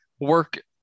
work